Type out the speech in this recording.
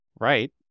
Right